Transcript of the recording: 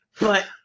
But-